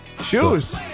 Shoes